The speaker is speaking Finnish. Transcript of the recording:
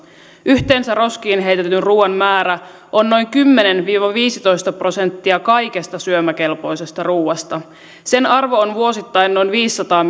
yhteensä roskiin heitetyn ruuan määrä on noin kymmenen viiva viisitoista prosenttia kaikesta syömäkelpoisesta ruuasta sen arvo on vuosittain noin viisisataa